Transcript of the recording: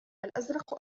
الأزرق